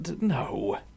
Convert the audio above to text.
No